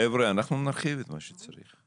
חבר'ה, אנחנו נרחיב את מה שצריך.